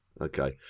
okay